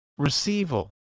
receival